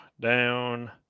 down